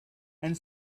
and